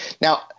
Now